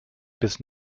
bis